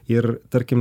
ir tarkim